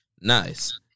nice